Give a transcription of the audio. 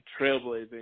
trailblazing